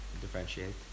differentiate